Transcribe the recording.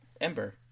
Ember